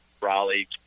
Raleigh